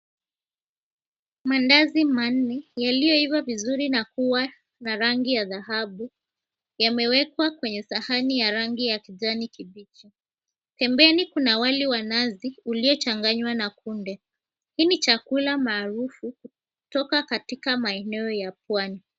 Maandazi manne, yaliyoiva vizuri na kuwa na rangi ya dhahabu, yamewekwa kwenye sahani ya rangi ya kijani kibichi. Pembeni kuna wali wa nazi uliochanganywa na kunde. Hii ni chakula maarufu kutoka katika maeneo ya pwani.